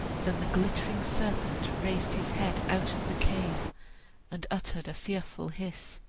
than the glittering serpent raised his head out of the cave and uttered a fearful hiss.